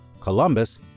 Columbus